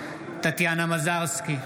טטיאנה מזרסקי,